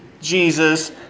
Jesus